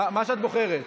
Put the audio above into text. מה שאת בוחרת.